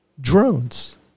drones